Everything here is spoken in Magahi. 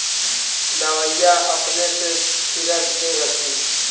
दबइया अपने से छीरक दे हखिन?